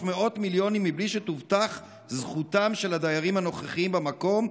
מאות מילונים מבלי שתובטח זכותם של הדיירים הנוכחיים במקום,